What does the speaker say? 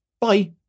Bye